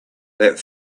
that